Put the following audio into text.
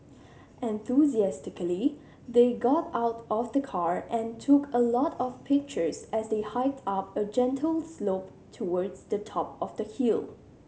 enthusiastically they got out of the car and took a lot of pictures as they hiked up a gentle slope towards the top of the hill